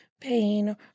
pain